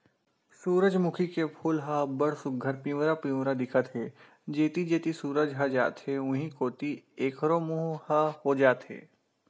सूरजमूखी के फूल ह अब्ब्ड़ सुग्घर पिंवरा पिंवरा दिखत हे, जेती जेती सूरज ह जाथे उहीं कोती एखरो मूँह ह हो जाथे